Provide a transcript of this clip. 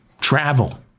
travel